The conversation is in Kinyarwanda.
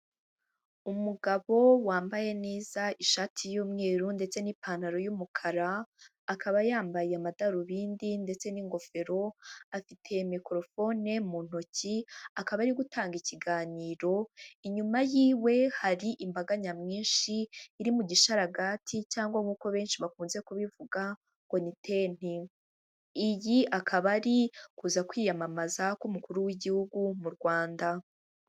Umugabo wambaye neza ishati y'umweru ndetse n'ipantaro y'umukara, akaba yambaye amadarubindi ndetse n'ingofero afite mikorofone mu ntoki, akaba ari gutanga ikiganiro, inyuma y'iwe hari imbaga nyamwinshi iri mu gishararagati cyangwa nkuko benshi bakunze kubivuga ngo n'itente, iyi akaba ari kuza kwiyamamaza k'umukuru w'igihugu mu Rwanda.